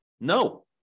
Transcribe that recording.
No